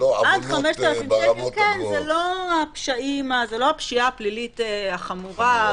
עד 5,000 שקל זו לא הפשיעה הפלילית החמורה,